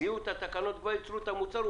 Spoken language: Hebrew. זיהו את התקנות וכבר ייצרו את המוצר.